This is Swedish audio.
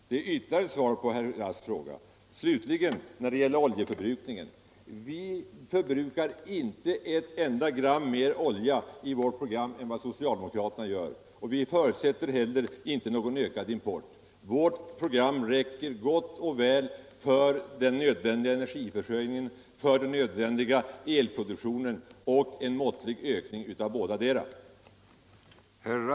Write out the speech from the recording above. Det är ytterligare svar på herr Rasks fråga. När det gäller oljeförbrukningen vill jag slutligen säga: Vi förbrukar inte ett enda gram mer olja enligt vårt program än vad socialdemokraterna gör enligt sitt. Vi förutsätter heller inte någon ökad import. Vårt program räcker gott och väl för den nödvändiga energiförsörjningen, för den nödvändiga elproduktionen och för en måttlig ökning av bådadera.